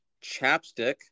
Chapstick